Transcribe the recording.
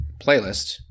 playlist